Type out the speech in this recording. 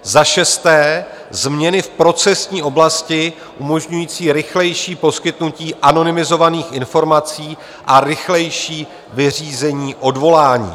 Za šesté změny v procesní oblasti umožňující rychlejší poskytnutí anonymizovaných informací a rychlejší vyřízení odvolání.